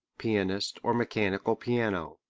pianist, or mechanical piano.